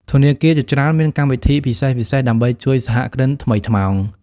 ធនាគារជាច្រើនមានកម្មវិធីពិសេសៗដើម្បីជួយសហគ្រិនថ្មីថ្មោង។